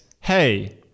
Hey